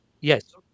Yes